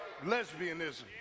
lesbianism